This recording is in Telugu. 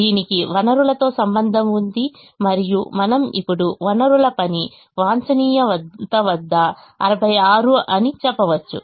దీనికి వనరులతో సంబంధం ఉంది మరియు మనము ఇప్పుడు వనరుల పని వాంఛనీయ వద్ద 66 అని చెప్పవచ్చు